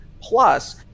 Plus